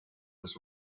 was